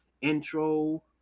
intro